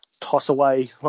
toss-away